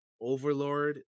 Overlord